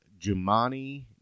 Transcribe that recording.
Jumani